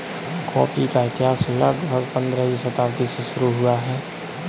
coffee का इतिहास लगभग पंद्रहवीं शताब्दी से शुरू हुआ है